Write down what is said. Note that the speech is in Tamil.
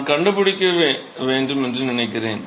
நான் கண்டுபிடிக்க வேண்டும் என்று நினைக்கிறேன்